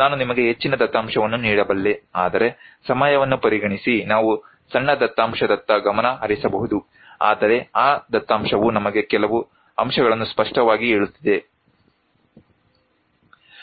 ನಾನು ನಿಮಗೆ ಹೆಚ್ಚಿನ ದತ್ತಾಂಶವನ್ನು ನೀಡಬಲ್ಲೆ ಆದರೆ ಸಮಯವನ್ನು ಪರಿಗಣಿಸಿ ನಾವು ಸಣ್ಣ ದತ್ತಾಂಶದತ್ತ ಗಮನ ಹರಿಸಬಹುದು ಆದರೆ ಆ ದತ್ತಾಂಶವು ನಮಗೆ ಕೆಲವು ಅಂಶಗಳನ್ನು ಸ್ಪಷ್ಟವಾಗಿ ಹೇಳುತ್ತಿದೆ